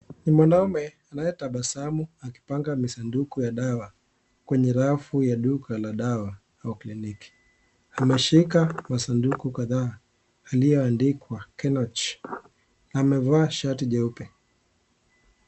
Ni mwanamume anayetabasamu akiapanga misanduku ya dawa kwenye rafu ya duka la dawa au kliniki. Ameshika masanduku kadhaa yalioyoandikwa kenoch. Amevaa shati jeupe.